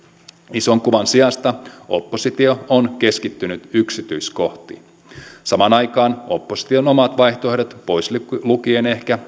ison kuvan sijasta oppositio on keskittynyt yksityiskohtiin samaan aikaan opposition omat vaihtoehdot pois lukien ehkä